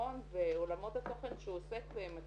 הפתרון ועולמות התוכן שהוא עוסק בהם,